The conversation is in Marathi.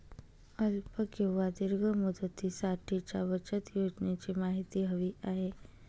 अल्प किंवा दीर्घ मुदतीसाठीच्या बचत योजनेची माहिती हवी आहे